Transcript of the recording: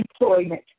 employment